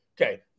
Okay